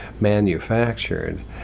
manufactured